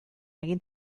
egin